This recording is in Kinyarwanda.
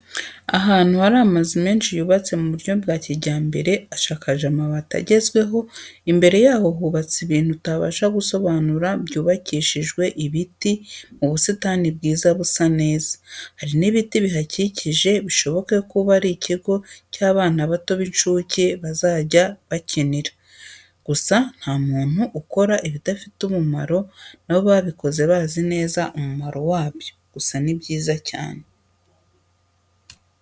Ahantu harivamazu menshi yubatse, mu buryo bwa kijyambere ashakaje amabati agezweho, imbere yaho hubatse ibintu utabasha gusobanura byubakishijwe ibiti mu busitani bwiza busa neza. Hari n'ibiti bihakikije bishoboke uba arikigo cy'abana bato b'incuke bazajya bahakinira. Gusa nta muntu ukora ibidafite umumaro na bo babikoze bazi neza umumaro wabyo gusa ni byiza cyane.